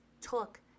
took